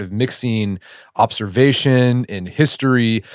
mixing observation and history,